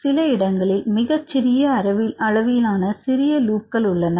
சில இடங்களில் நம்மிடம் சிறிய அளவிலான சிறிய லூப் உள்ளன